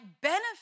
benefit